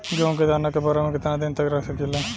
गेहूं के दाना के बोरा में केतना दिन तक रख सकिले?